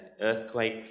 earthquake